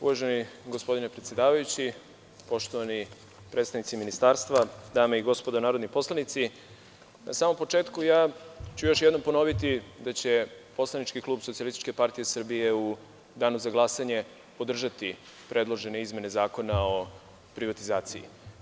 Uvaženi gospodine predsedavajući, poštovani predstavnici ministarstva, dame i gospodo narodni poslanici, na samom početku još jednom ću ponoviti da će poslanički klub SPS u danu za glasanje podržati predložene izmene Zakona o privatizaciji.